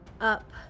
up